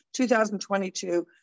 2022